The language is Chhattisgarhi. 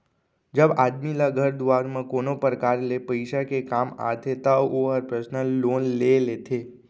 जब आदमी ल घर दुवार म कोनो परकार ले पइसा के काम आथे त ओहर पर्सनल लोन ले लेथे